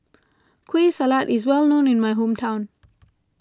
Kueh Salat is well known in my hometown